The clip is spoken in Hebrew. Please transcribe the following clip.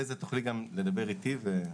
אחרי זה תוכלי לדבר איתי.